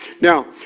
Now